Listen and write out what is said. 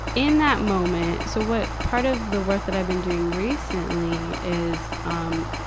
in that moment so what, part of the work that i've been doing recently is, um,